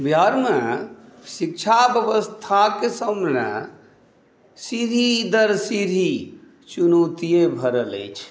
बिहारमे शिक्षा बेबस्थाके सामने सीढ़ी दर सीढ़ी चुनौतिए भरल अछि